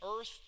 earth